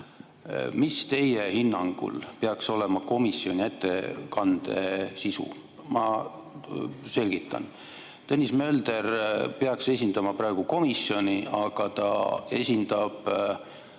mis teie hinnangul peaks olema komisjoni ettekande sisu? Ma selgitan. Tõnis Mölder peaks esindama praegu komisjoni, aga ta esindab